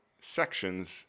sections